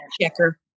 checker